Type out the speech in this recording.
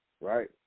Right